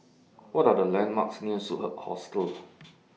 What Are The landmarks near Superb Hostel